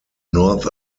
north